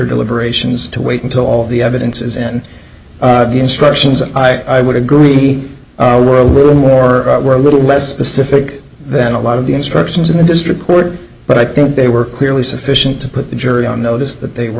deliberations to wait until all the evidence is in the instructions i would agree our world a little more we're a little less specific than a lot of the instructions in the district court but i think they were clearly sufficient to put the jury on notice that they were